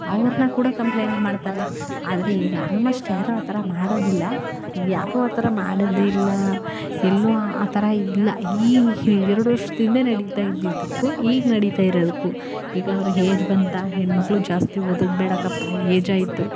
ಅವ್ರನ್ನ ಕೂಡ ಕಂಪ್ಲೇಂಡ್ ಮಾಡ್ತಾರೆ ಆದರೆ ಈಗ ಆಲ್ಮೋಸ್ಟ್ ಯಾರು ಆ ಥರ ಮಾಡೋದಿಲ್ಲ ಯಾರು ಆ ಥರ ಮಾಡೋದಿಲ್ಲ ಎಲ್ಲೋ ಆ ಥರ ಇಲ್ಲ ಈ ಎರ್ಡು ವರ್ಷದಿಂದೆ ನಡೀತಾ ಇದ್ದಿದ್ದಕ್ಕೂ ಈಗ ನಡಿತಾ ಇರೋದಕ್ಕು ಈಗ ಅವರ ಏಜ್ ಬಂತಾ ಹೆಣ್ಣು ಮಕ್ಕಳು ಜಾಸ್ತಿ ಓದೋದು ಬೇಡಪ್ಪ ಏಜ್ ಆಯಿತು